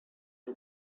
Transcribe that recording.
the